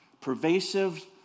pervasive